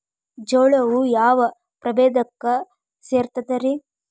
ಜೋಳವು ಯಾವ ಪ್ರಭೇದಕ್ಕ ಸೇರ್ತದ ರೇ?